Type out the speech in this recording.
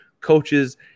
coaches